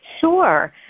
Sure